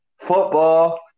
Football